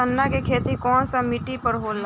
चन्ना के खेती कौन सा मिट्टी पर होला?